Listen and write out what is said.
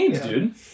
dude